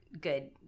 good